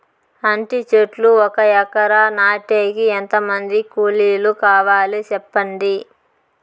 అంటి చెట్లు ఒక ఎకరా నాటేకి ఎంత మంది కూలీలు కావాలి? సెప్పండి?